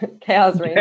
Chaos